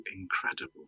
incredible